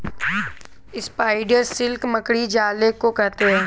spider silk मकड़ी जाले को कहते हैं